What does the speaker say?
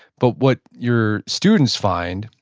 but what your students find,